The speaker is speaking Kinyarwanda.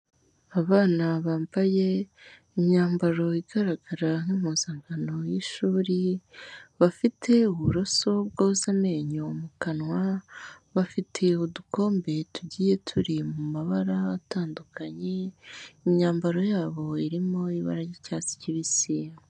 Abana bambaye imyambaro igaragara nk'impuzankano y'ishuri, bafite uburoso bwoza amenyo mu kanwa, bafite udukombe tugiye turi mu mabara atandukanye, imyambaro yabo irimo ibara ry'icyatsi cyibisi.